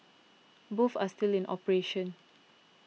both are still in operation